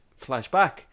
flashback